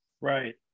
Right